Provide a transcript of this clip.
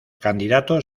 candidatos